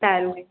સારું